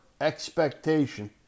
expectation